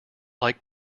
like